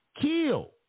kill